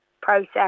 process